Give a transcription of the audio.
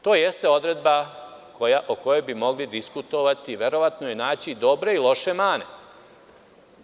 To jeste odredba o kojoj bi mogli diskutovati, verovatno i naći dobre i loše mane.